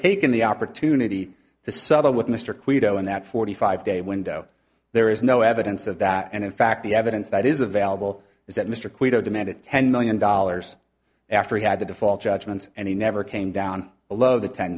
taken the opportunity to settle with mr quito in that forty five day window there is no evidence of that and in fact the evidence that is available is that mr quito demanded ten million dollars after he had the default judgments and he never came down below the ten